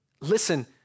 Listen